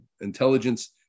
intelligence